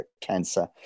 cancer